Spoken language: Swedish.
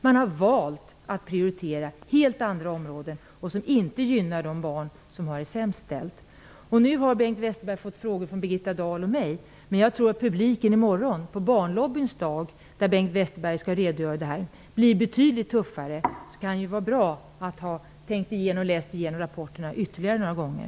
Man har valt att prioritera helt andra områden, och det gynnar inte de barn som har det sämst ställt. Nu har Bengt Westerberg fått frågor från Birgitta Dahl och mig, men jag tror att publiken i morgon på Barnlobbyns dag, där Bengt Westerberg skall redogöra för det här, blir betydligt tuffare. Det kan ju då vara bra att ha tänkt igenom och läst igenom rapporterna ytterligare några gånger.